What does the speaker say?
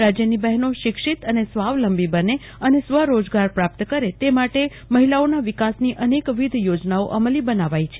રાજયની બહેનો શિક્ષિત અને સ્વાવલંબી બંન્ને અને રોજગાર પ્રાપ્ત કરે તે માટે મહિલાઓના વિકાસની અનેક વિધ યોજનાઓ અમલી બનાવાઈ છે